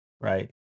right